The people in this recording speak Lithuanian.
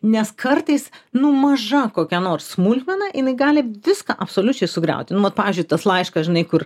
nes kartais nu maža kokia nors smulkmena jinai gali viską absoliučiai sugriauti nu pavyzdžiui tas laiškas žinai kur